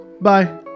bye